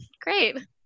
great